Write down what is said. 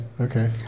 Okay